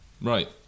right